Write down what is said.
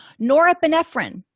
Norepinephrine